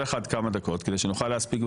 כל אחד כמה דקות כדי שנוכל להספיק.